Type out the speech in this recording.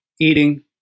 eating